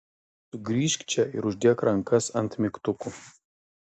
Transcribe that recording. sugrįžk čia ir uždėk rankas ant mygtukų